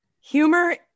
Humor